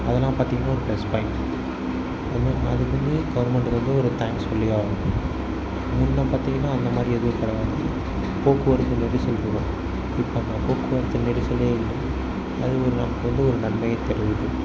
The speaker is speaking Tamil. அதெல்லாம் பார்த்திங்கன்னா ஒரு ப்ளஸ் பாய்ண்ட் கவர்மெண்டுக்கு வந்து ஒரு தேங்க்ஸ் சொல்லியே ஆகணும் முன்னே பார்த்திங்கன்னா அந்த மாதிரி எதும் கிடையாது போக்குவரத்து நெரிசல் இருக்கும் இப்போ அந்த போக்குவரத்து நெரிசலே இல்லை அது ஒரு நமக்கு வந்து நன்மையை தருகிறது